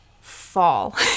fall